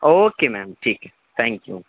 okay ma'am ٹھیک ہے thank you